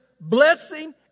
blessing